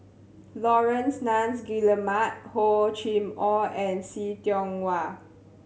Laurence Nunns Guillemard Hor Chim Or and See Tiong Wah